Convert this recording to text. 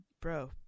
bro